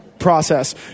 process